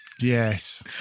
Yes